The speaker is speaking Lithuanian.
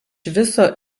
viso